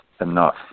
enough